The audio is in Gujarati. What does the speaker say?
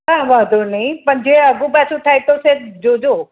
હાં વાંધો નઇ પણ જે આઘુંપાછું થાય તો સેજ જોજો